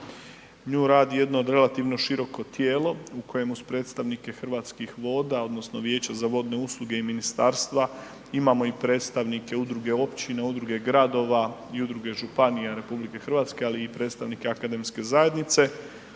nju radi jedno od relativno široko tijelo u kojemu uz predstavnike Hrvatskih voda odnosno Vijeća za vodne usluge i Ministarstva imamo i predstavnike Udruge općine, Udruge gradova i Udruge županija RH, ali i predstavnike akademske zajednice.